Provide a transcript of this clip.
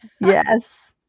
Yes